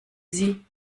sie